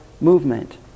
movement